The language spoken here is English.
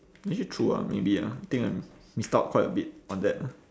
actually true ah maybe ah think I missed out quite a bit on that lah